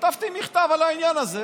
כתבתי מכתב על העניין הזה.